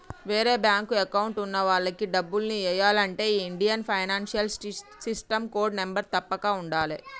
వేరే bank account ఉన్న వాళ్లకి డబ్బుల్ని ఎయ్యాలంటే ఈ Indian financial system code number తప్పక ఉండాలే